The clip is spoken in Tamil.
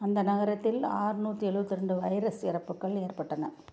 அந்த நகரத்தில் ஆறுநூத்தி எழுவத்தி ரெண்டு வைரஸ் இறப்புகள் ஏற்பட்டன